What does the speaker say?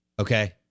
Okay